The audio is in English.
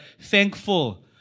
thankful